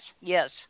yes